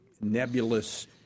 nebulous